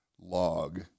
log